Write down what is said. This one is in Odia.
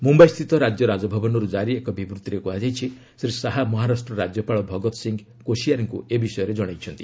ମୁମ୍ବାଇସ୍ଥିତ ରାଜ୍ୟ ରାଜଭବନରୁ ଜାରି ଏକ ବିବୃଭିରେ କୁହାଯାଇଛି ଶ୍ରୀ ଶାହା ମହାରାଷ୍ଟ୍ର ରାଜ୍ୟପାଳ ଭଗତ ସିଂହ କୋଶିଆରିଙ୍କୁ ଏ ବିଷୟ ଜଣାଇଛନ୍ତି